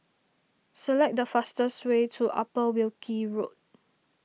select the fastest way to Upper Wilkie Road